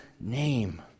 name